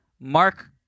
Mark